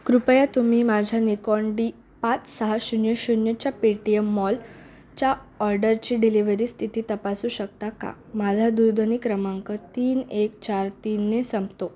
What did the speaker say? कृपया तुम्ही माझ्या निकोंन डी पाच सहा शून्य शून्यच्या पे टी एम मॉल च्या ऑर्डरची डिलिवरी स्थिती तपासू शकता का माझा दूरध्वनी क्रमांक तीन एक चार तीन ने संपतो